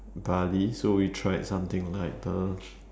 Bali so we tried something like the